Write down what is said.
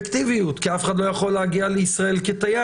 אפקטיביות כי אף אחד לא יכול להגיע לישראל כתייר.